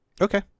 Okay